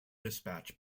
dispatch